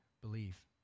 believe